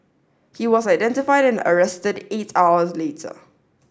he was identified and arrested eight hours later